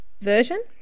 version